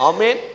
Amen